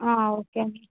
ఆ ఓకే